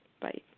Bye